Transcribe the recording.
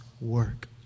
work